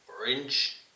orange